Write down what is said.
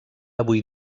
avui